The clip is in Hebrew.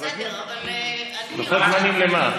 בסדר, אבל, לוחות זמנים למה?